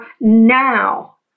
now